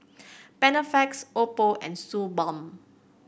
Panaflex Oppo and Suu Balm